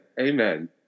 Amen